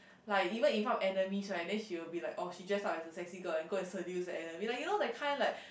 like even in front of enemies right then she'll be like orh she dress up as a sexy girl and go and seduce the enemy like you know that kind like